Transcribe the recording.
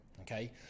okay